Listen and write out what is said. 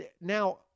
now